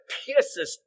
pierces